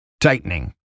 tightening